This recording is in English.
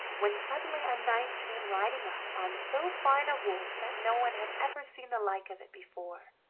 when suddenly a knight came riding up on so fine a horse that no one had ever seen the like of it before,